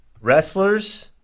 wrestlers